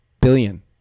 Billion